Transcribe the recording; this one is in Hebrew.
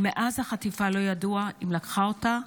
ומאז החטיפה לא ידוע אם לקחה אותה,